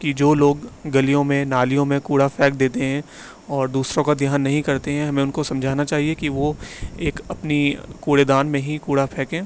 کہ جو لوگ گلیوں میں نالیوں میں کوڑا پھیک دیتے ہیں اور دوسروں کا دھیان نہیں کرتے ہیں ہمیں ان کو سمجھانا چاہیے کہ وہ ایک اپنی کوڑے دان میں ہی کوڑا پھیکیں